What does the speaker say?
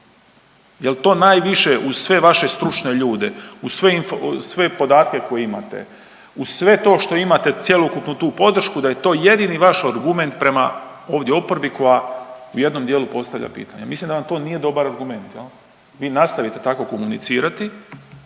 jel to najviše uz sve vaše stručne ljude, uz sve podatke koje imate, uz sve to što imate cjelokupnu tu podršku da je to jedini vaš argument prema ovdje oporbi koja u jednom dijelu postavlja pitanje. Vi nastavite tako komunicirati,